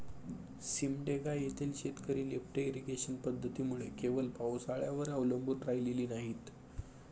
सिमडेगा येथील शेतकरी lift irrigation पद्धतीमुळे केवळ पावसाळ्यावर अवलंबून राहिलेली नाहीत